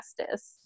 justice